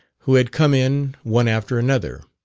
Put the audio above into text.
who had come in one after another.